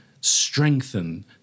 strengthen